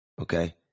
Okay